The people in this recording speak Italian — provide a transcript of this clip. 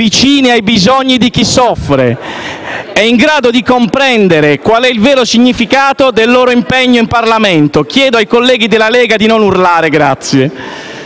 e in grado di comprendere qual è il vero significato del loro impegno in Parlamento. *(Brusio).* Chiedo ai colleghi della Lega di non urlare. Invito i colleghi senatori